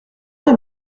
elle